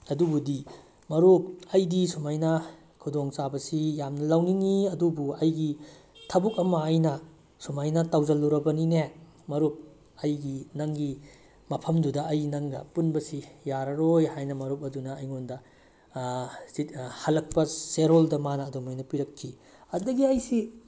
ꯑꯗꯨꯕꯨꯗꯤ ꯃꯔꯨꯞ ꯑꯩꯗꯤ ꯁꯨꯃꯥꯏꯅ ꯈꯨꯗꯣꯡ ꯆꯥꯕꯁꯤ ꯌꯥꯝꯅ ꯂꯧꯅꯤꯡꯏ ꯑꯗꯨꯕꯨ ꯑꯩꯒꯤ ꯊꯕꯛ ꯑꯃ ꯑꯩꯅ ꯁꯨꯃꯥꯏꯅ ꯇꯧꯁꯤꯜꯂꯨꯔꯕꯅꯤꯅꯦ ꯃꯔꯨꯞ ꯑꯩꯒꯤ ꯅꯪꯒꯤ ꯃꯐꯝꯗꯨꯗ ꯑꯩ ꯅꯪꯒ ꯄꯨꯟꯕꯁꯤ ꯌꯥꯔꯔꯣꯏ ꯍꯥꯏꯅ ꯃꯔꯨꯞ ꯑꯗꯨꯅ ꯑꯩꯉꯣꯟꯗ ꯍꯜꯂꯛꯄ ꯆꯦꯔꯣꯜꯗ ꯃꯥꯅ ꯑꯗꯨꯃꯥꯏꯅ ꯄꯤꯔꯛꯈꯤ ꯑꯗꯨꯗꯒꯤ ꯑꯩꯁꯤ